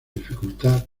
dificultad